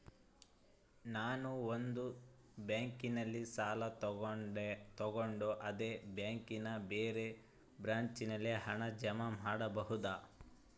ನಾನು ಒಂದು ಬ್ಯಾಂಕಿನಲ್ಲಿ ಸಾಲ ತಗೊಂಡು ಅದೇ ಬ್ಯಾಂಕಿನ ಬೇರೆ ಬ್ರಾಂಚಿನಲ್ಲಿ ಹಣ ಜಮಾ ಮಾಡಬೋದ?